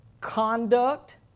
conduct